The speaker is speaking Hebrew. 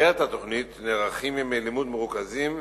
במסגרת התוכנית נערכים ימי עיון מרוכזים